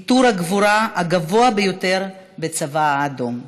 עיטור הגבורה הגבוה ביותר בצבא האדום.